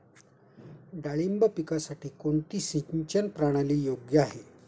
डाळिंब पिकासाठी कोणती सिंचन प्रणाली योग्य आहे?